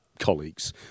colleagues